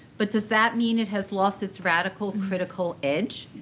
but does that mean it has lost its radical critical edge?